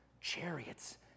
Chariots